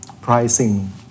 pricing